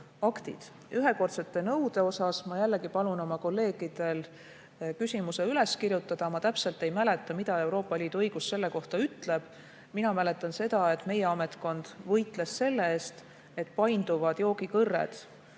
aktid. Ühekordsete nõude kohta ma jällegi palun oma kolleegidel küsimuse üles kirjutada, sest ma täpselt ei mäleta, mida Euroopa Liidu õigus selle kohta ütleb. Mina mäletan seda, et meie ametkond võitles selle eest, et painduvad joogikõrred